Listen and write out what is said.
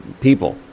people